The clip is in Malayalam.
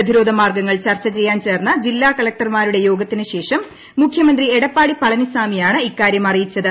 പ്രതിരോധ് മാർഗങ്ങൾ ചർച്ച ചെയ്യാൻ ചേർന്ന ജില്ല കളക്ടർമാരുടെ യോഗ്രത്തിന് ശേഷം മുഖ്യമന്ത്രി എടപ്പാടി പളനി സാമിയാണ് ഇക്കാര്യം അറിയിച്ചത്